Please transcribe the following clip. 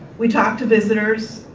we talked to visitors,